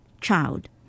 child